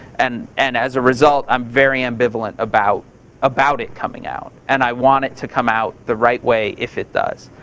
and and as a result, i'm very ambivalent about about it coming out. and i want it to come out the right way, if it does.